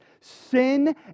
Sin